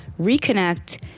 reconnect